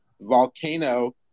Volcano